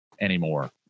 anymore